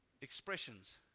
expressions